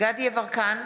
דסטה גדי יברקן,